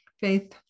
faith